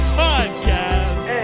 podcast